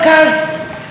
פוטו-אופ,